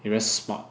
he very smart